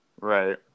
Right